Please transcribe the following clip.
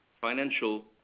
financial